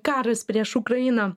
karas prieš ukrainą